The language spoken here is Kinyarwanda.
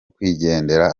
kwigendera